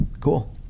Cool